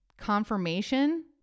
confirmation